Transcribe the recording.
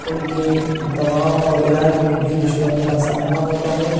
ان کے دواؤں اور علاج میں بھی دشواری کا سامنا ہوتا ہے